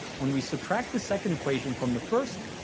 when we subtract the second equation from the first,